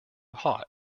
hot